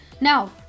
now